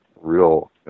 real